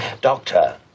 Doctor